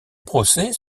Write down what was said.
procès